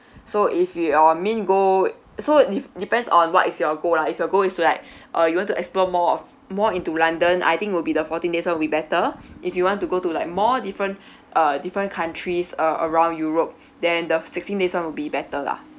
so if your main goal so de~ depends on what is your goal lah if your goal is to like uh you want to explore more of more into london I think will be the fourteen days will be better if you want to go to like more different uh different countries uh around europe than the sixteen days one will be better lah